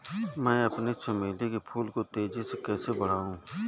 मैं अपने चमेली के फूल को तेजी से कैसे बढाऊं?